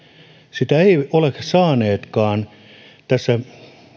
sitä eivät olekaan saaneet tässä